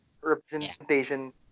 representation